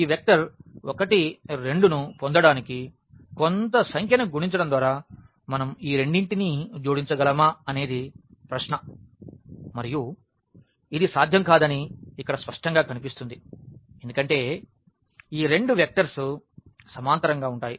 ఈ వెక్టర్ 1 2 ను పొందడానికి కొంత సంఖ్యను గుణించడం ద్వారా మనం ఈ రెండింటినీ జోడించగలమా అనేది ప్రశ్న మరియు ఇది సాధ్యం కాదని ఇక్కడ స్పష్టంగా కనిపిస్తుంది ఎందుకంటే ఈ రెండు వెక్టర్స్ సమాంతరంగా ఉంటాయి